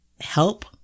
help